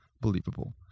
Believable